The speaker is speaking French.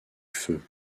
feu